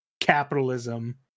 capitalism